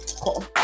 cool